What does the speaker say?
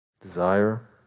desire